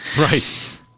Right